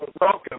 welcome